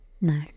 No